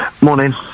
Morning